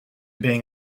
being